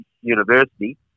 University